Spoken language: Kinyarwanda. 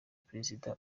perezida